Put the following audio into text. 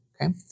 Okay